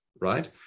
right